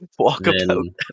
Walkabout